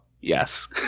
Yes